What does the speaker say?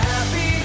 Happy